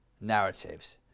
narratives